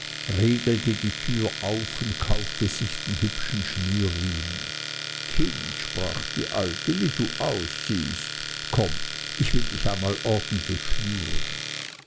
riegelte die türe auf und kaufte sich den hübschen schnürriemen kind sprach die alte wie du aussiehst komm ich will dich einmal ordentlich schnüren